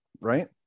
right